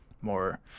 more